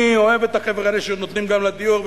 אני אוהב את החבר'ה האלה שנותנים גם לדיור,